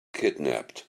kidnapped